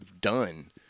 done